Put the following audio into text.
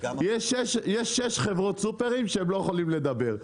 יש שש חברות סופרים שהם לא יכולים לדבר.